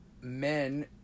men